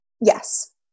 Yes